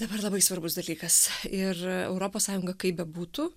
dabar labai svarbus dalykas ir europos sąjunga kaip bebūtų